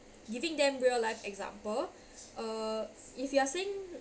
giving them real life example uh if you are saying